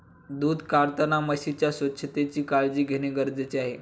दूध काढताना म्हशीच्या स्वच्छतेची काळजी घेणे गरजेचे आहे